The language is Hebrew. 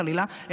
חלילה,